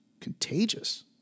contagious